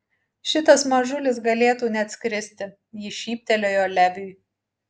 šitas mažulis galėtų net skristi ji šyptelėjo leviui